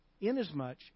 Inasmuch